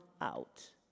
out